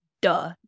duh